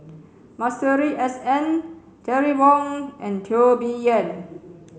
Masuri S N Terry Wong and Teo Bee Yen